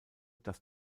dass